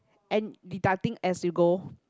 and deducting as you go